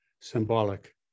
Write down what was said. symbolic